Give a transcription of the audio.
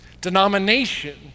Denomination